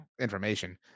information